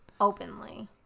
openly